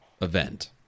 event